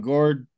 Gord